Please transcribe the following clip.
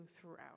throughout